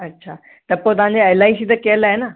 अच्छा त पोइ तव्हांजे एल आई सी त कयल आहे न